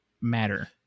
matter